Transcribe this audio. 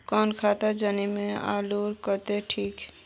कौन खान जमीन आलूर केते ठिक?